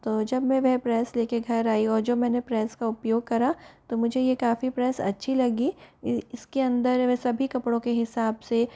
तो जब मैं वह प्रेस लेके घर आई और जब मैंने प्रेस का उपयोग करा तो मुझे ये काफ़ी प्रेस अच्छी लगी इसके अंदर वह सभी कपड़ों के हिसाब से